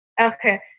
Okay